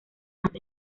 más